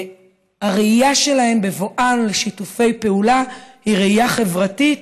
הראייה שלהן בבואן לשיתופי פעולה היא ראייה חברתית.